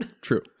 true